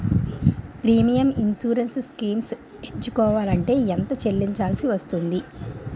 Premium insurance schemes ఎంచుకోవలంటే ఎంత చల్లించాల్సివస్తుంది??